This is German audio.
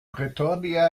pretoria